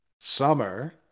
summer